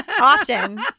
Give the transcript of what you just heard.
often